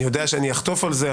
אני יודע שאני אחטוף על זה,